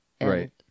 Right